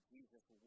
Jesus